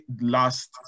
last